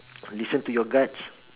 listen to your guts